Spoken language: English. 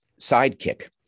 sidekick